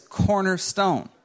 cornerstone